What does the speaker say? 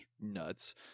nuts